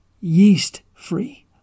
yeast-free